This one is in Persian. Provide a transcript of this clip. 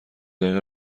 دقیقه